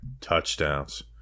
touchdowns